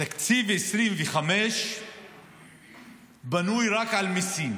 תקציב 2025 בנוי רק על מיסים.